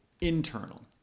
internal